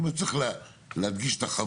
זאת אומרת להדגיש את החבות,